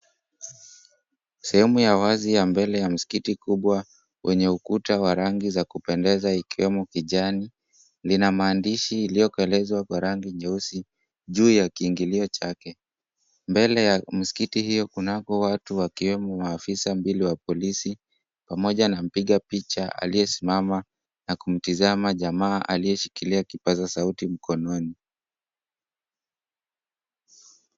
Sehemu ya wazi ya mbele ya msikiti kubwa wenye ukuta wa rangi za kupendeza, ikiwemo kijani, lina maandishi iliyokolezwa kwa rangi nyeusi juu ya kiingilio chake. Mbele ya msikiti hiyo, kunako watu, wakiwemo maafisa mbili wa polisi, pamoja na mpiga picha aliyesimama na kumtizama jamaa aliyeshikilia kipaza sauti mkononi.